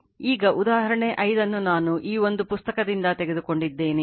ಈಗ ಉದಾಹರಣೆ 5 ಅನ್ನು ನಾನು ಈ ಒಂದು ಪುಸ್ತಕದಿಂದ ತೆಗೆದುಕೊಂಡಿದ್ದೇನೆ